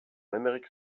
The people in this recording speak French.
amérique